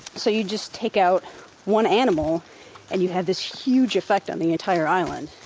so you just take out one animal and you have this huge effect on the entire island.